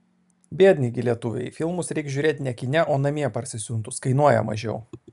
biedni gi lietuviai filmus reik žiūrėt ne kine o namie parsisiuntus kainuoja mažiau